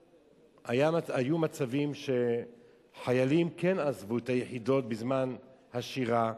והיו מצבים שחיילים כן עזבו את היחידות בזמן השירה,